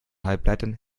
halbleitern